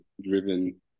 driven